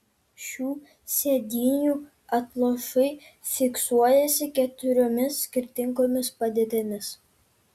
šių sėdynių atlošai fiksuojasi keturiomis skirtingomis padėtimis